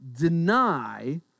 deny